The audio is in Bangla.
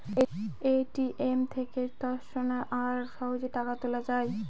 এ.টি.এম থেকে তৎক্ষণাৎ আর সহজে টাকা তোলা যায়